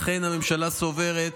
לכן הממשלה סוברת,